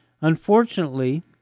Unfortunately